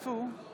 אינו נוכח